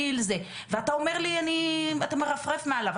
ואתה אומר לי, אתה מרפרף מעליו.